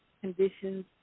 conditions